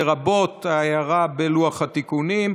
לרבות ההערה בלוח התיקונים,